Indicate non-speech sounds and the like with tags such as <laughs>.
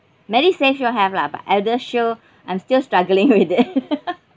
MediSave sure have lah but ElderShield I'm still struggling with it <laughs>